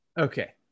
Okay